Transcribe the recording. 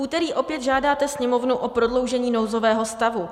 V úterý opět žádáte Sněmovnu o prodloužení nouzového stavu.